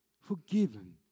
forgiven